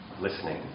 listening